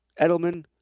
Edelman